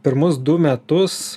pirmus du metus